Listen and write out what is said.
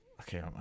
Okay